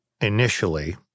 initially